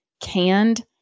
canned